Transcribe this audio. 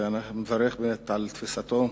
ואני מברך על תפיסתו,